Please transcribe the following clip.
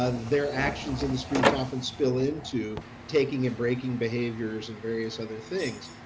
ah their actions in the streets often spill into taking and breaking behaviors and various other things.